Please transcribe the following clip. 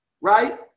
right